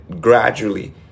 gradually